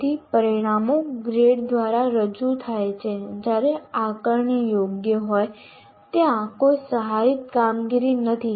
તેથી પરિણામો ગ્રેડ દ્વારા રજૂ થાય છે જ્યારે આકારણી યોગ્ય હોય ત્યાં કોઈ સહાયિત કામગીરી નથી